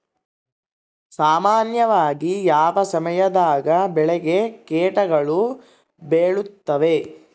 ಸಾಮಾನ್ಯವಾಗಿ ಯಾವ ಸಮಯದಾಗ ಬೆಳೆಗೆ ಕೇಟಗಳು ಬೇಳುತ್ತವೆ?